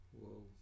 Whoa